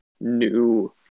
new